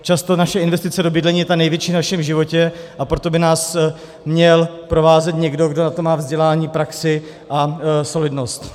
Často naše investice do bydlení je ta největší v našem životě, a proto by nás měl provázet někdo, kdo na to má vzdělání, praxi a solidnost.